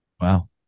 Wow